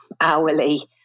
hourly